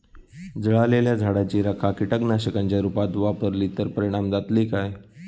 जळालेल्या झाडाची रखा कीटकनाशकांच्या रुपात वापरली तर परिणाम जातली काय?